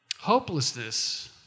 Hopelessness